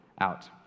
out